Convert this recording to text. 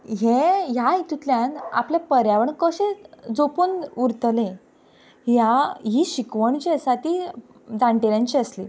हें ह्या हितूंतल्यान आपलें पर्यावरण कशें जपून उरतलें ह्या ही शिकवण जी आसा ती जाणटेल्यांची आसली